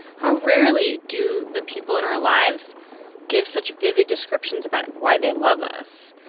how rarely do the people in our lives give such vivid descriptions about why they love us?